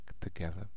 together